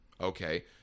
okay